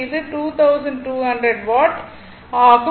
இது 2200 வாட் ஆகும்